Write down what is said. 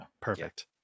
Perfect